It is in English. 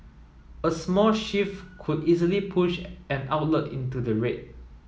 a small shift could easily push an outlet into the red